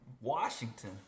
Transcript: Washington